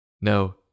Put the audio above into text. No